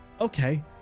Okay